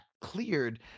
cleared